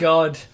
God